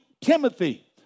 Timothy